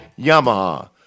Yamaha